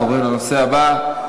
אנחנו עוברים לנושא הבא,